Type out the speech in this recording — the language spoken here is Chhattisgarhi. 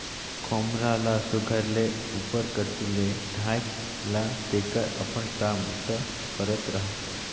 खोम्हरा ल सुग्घर ले उपर कती ले ढाएक ला तेकर अपन काम बूता करत रहा